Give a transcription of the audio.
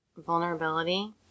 vulnerability